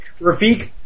Rafik